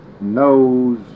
knows